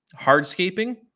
Hardscaping